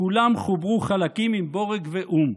בכולם חוברו חלקים עם בורג ואום.